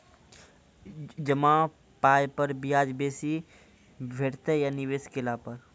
जमा पाय पर ब्याज बेसी भेटतै या निवेश केला पर?